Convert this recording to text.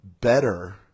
better